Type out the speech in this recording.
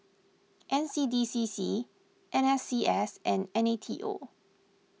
N C D C C N S C S and N A T O